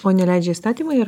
o neleidžia įstatymai ir